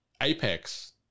Apex